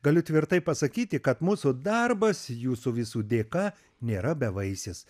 galiu tvirtai pasakyti kad mūsų darbas jūsų visų dėka nėra bevaisis